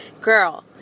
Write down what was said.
girl